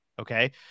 Okay